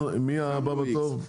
מי הבא בתור?